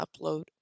upload